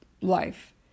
life